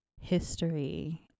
history